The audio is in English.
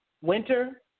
Winter